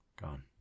gone